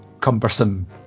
cumbersome